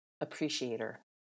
appreciator